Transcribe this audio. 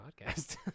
podcast